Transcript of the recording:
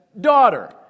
Daughter